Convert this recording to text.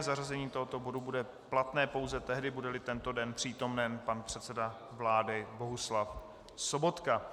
Zařazení tohoto bodu bude platné pouze tehdy, budeli tento den přítomen pan předseda vlády Bohuslav Sobotka.